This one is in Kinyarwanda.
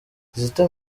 kizito